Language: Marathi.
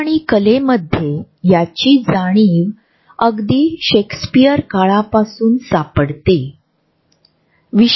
कदाचित मी प्रयत्न करेन आणि तुमच्याशी संपर्क साधेल